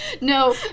No